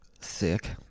Sick